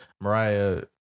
Mariah